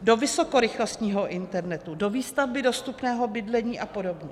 Do vysokorychlostního internetu, do výstavby dostupného bydlení a podobně.